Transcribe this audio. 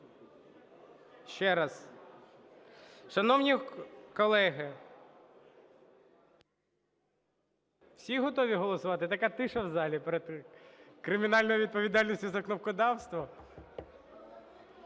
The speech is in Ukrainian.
Ще раз, шановні колеги, всі готові голосувати? Така тиша в залі перед кримінальною відповідальністю за кнопкодавство.